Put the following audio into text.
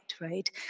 right